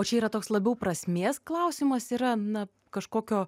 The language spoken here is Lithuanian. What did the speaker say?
o čia yra toks labiau prasmės klausimas yra na kažkokio